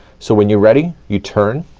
so when you're ready you turn.